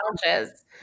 challenges